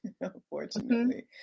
unfortunately